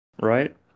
right